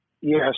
Yes